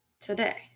today